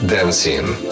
Dancing